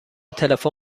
تلفن